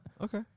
Okay